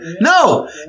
No